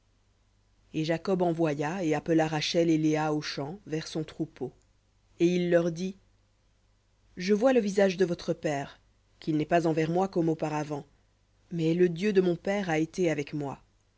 et jacob envoya et appela rachel et léa aux champs vers son troupeau et il leur dit je vois le visage de votre père qu'il n'est pas envers moi comme auparavant mais le dieu de mon père a été avec moi